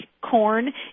corn